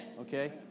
okay